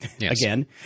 again